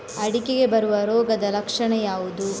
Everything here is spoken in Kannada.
ಅಡಿಕೆಗೆ ಬರುವ ರೋಗದ ಲಕ್ಷಣ ಯಾವುದು?